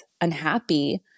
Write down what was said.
unhappy